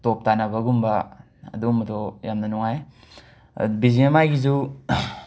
ꯇꯣꯞ ꯇꯥꯟꯅꯕꯒꯨꯝꯕ ꯑꯗꯨꯝꯕꯗꯣ ꯌꯥꯝꯅ ꯅꯨꯉꯥꯏ ꯕꯤ ꯖꯤ ꯑꯦꯝ ꯑꯥꯏꯒꯤꯁꯨ